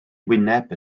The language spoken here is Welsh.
wyneb